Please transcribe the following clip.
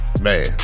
man